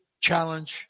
challenge